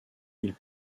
ils